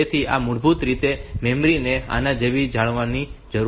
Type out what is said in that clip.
તેથી આ મૂળભૂત રીતે મેમરી ને આની જેમ જાળવવાનું છે આ 6